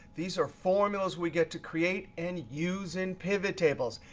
these are formulas we get to create and use in pivot tables.